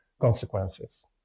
consequences